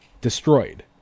Destroyed